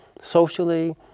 socially